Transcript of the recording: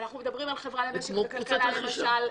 אנחנו מדברים על חברה למשק וכלכלה למשל,